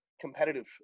competitive